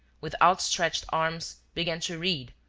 with outstretched arms, began to read,